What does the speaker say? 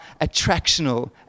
attractional